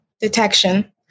detection